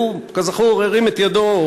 שהוא כזכור הרים את ידו,